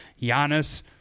Giannis